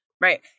right